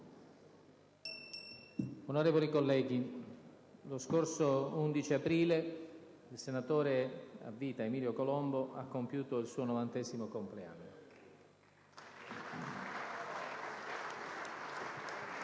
Onorevoli colleghi, lo scorso 11 aprile il senatore a vita Emilio Colombo ha compiuto il suo 90° compleanno.